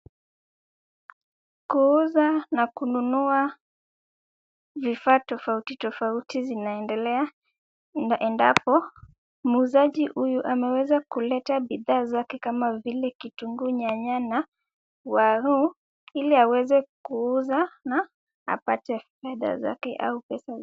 Kuuza na kununua vifaa tofauti tofauti zinaendelea, endapo muuzaji huyu ameweza kuleta bidhaa zake kama vile kitunguu, nyanya na waru ili aweze kuuza na apate fedha zake au pesa.